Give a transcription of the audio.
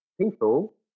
people